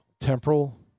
temporal